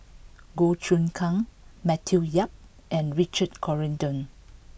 Goh Choon Kang Matthew Yap and Richard Corridon